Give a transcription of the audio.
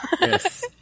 Yes